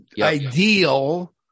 ideal